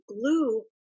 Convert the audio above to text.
glue